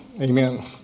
Amen